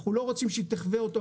אנחנו לא רוצים שהוא יחווה אותו,